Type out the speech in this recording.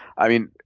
i mean,